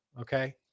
okay